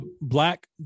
black